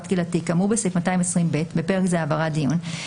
קהילתי כאמור בסעיף 220ב (בפרק זה העברת דיון),